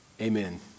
Amen